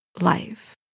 life